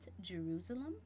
Jerusalem